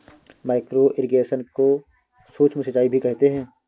micro irrigation को सूक्ष्म सिंचाई भी कहते हैं